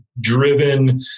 driven